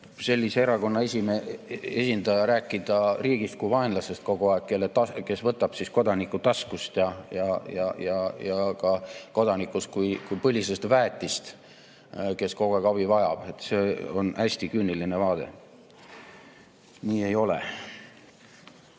sellise erakonna esindaja rääkida kogu aeg riigist kui vaenlasest, kes võtab kodaniku taskust, ja kodanikust kui põlisest väetist, kes kogu aeg abi vajab. See on hästi küüniline vaade. Nii ei ole. Mis